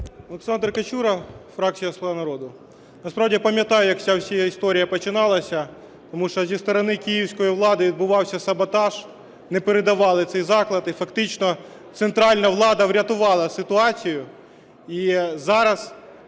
Олександр Качура, фракція "Слуга народу". Насправді я пам'ятаю, як ця історія починалась. Тому що зі сторони київської влади відбувався саботаж, не передавали цей заклад. І фактично центральна влада врятувала ситуацію